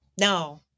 No